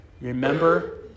Remember